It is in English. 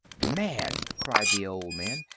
man, cried the old man,